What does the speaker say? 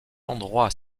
endroit